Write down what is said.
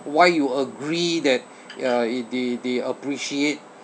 why you agree that uh they they appreciate